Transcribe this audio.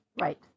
Right